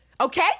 okay